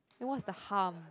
and what's the harm